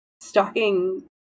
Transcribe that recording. Stalking